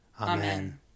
Amen